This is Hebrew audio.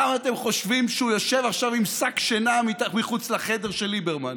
למה אתם חושבים שהוא יושב עכשיו עם שק שינה מחוץ לחדר של ליברמן?